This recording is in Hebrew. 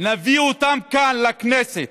נביא אותם לכאן, לכנסת,